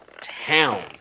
town